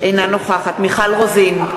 אינה נוכחת מיכל רוזין,